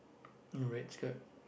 red skirt